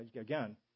again